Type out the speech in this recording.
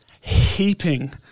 Heaping